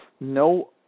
no